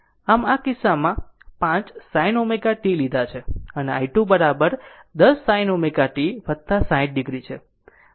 આમ આ કિસ્સામાં 5 sin ω t લીધાં છે અને i2 બરાબર10 sin ω t 60 o છે